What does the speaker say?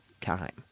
time